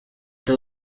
the